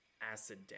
acid